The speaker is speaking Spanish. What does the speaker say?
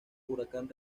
huracán